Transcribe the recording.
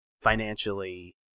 financially